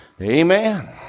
Amen